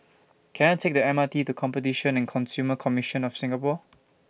Can I Take The M R T to Competition and Consumer Commission of Singapore